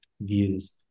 views